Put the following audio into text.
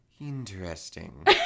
interesting